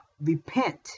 repent